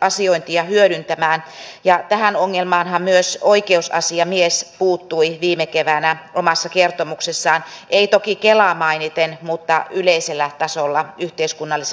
asiointia hyödyntämään ja tähän ongelmaanhan myös oikeusasiamies puuttui viime keväänä omassa kertomuksessaan ei toki kelaa mainiten mutta yleisellä tasolla yhteiskunnallisena haasteena